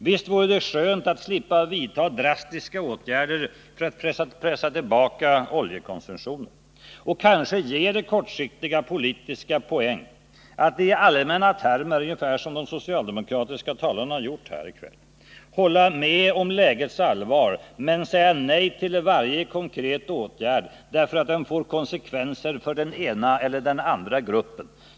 Visst vore det skönt att slippa vidta drastiska åtgärder för att pressa tillbaka oljekonsumtionen. Och kanske ger det kortsiktiga politiska poäng att i allmänna termer — ungefär som de socialdemokratiska talarna har gjort här — hålla med om lägets allvar men säga nej till varje konkret åtgärd, därför att den får konsekvenser för den ena eller den andra gruppen.